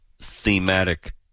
thematic